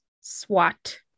SWAT